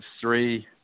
three